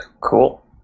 Cool